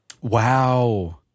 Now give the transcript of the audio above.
Wow